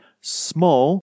small